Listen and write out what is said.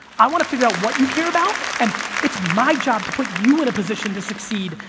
i want to figure out what you care about and it's my job to put you in a position to succeed,